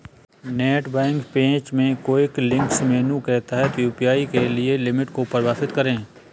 net bank page में quick links menu के तहत यू.पी.आई के लिए लिमिट को परिभाषित करें